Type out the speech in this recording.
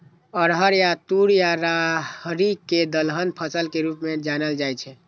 अरहर या तूर या राहरि कें दलहन फसल के रूप मे जानल जाइ छै